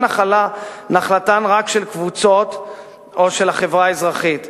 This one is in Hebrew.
נחלתן של קבוצות או של החברה האזרחית בלבד.